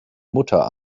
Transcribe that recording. mutter